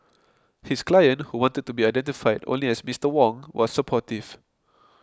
his client who wanted to be identified only as Mister Wong was supportive